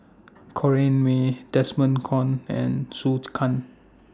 Corrinne May Desmond Kon and Zhou Can